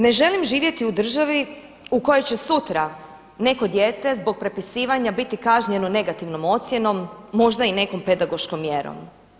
Ne želim živjeti u državi u kojoj će sutra neko dijete zbog prepisivanja biti kažnjeno negativnom ocjenom, možda i nekom pedagoškom mjerom.